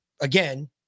again